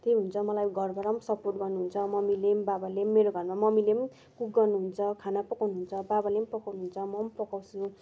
त्यही हुन्छ मलाई घरबट सपोर्ट गर्नु हुन्छ मम्मीले बाबाले मेरो घरमा मम्मीले कुक गर्नु हुन्छ खाना पकाउनु हुन्छ बाबाले पकाउनु हुन्छ म पकाउँछु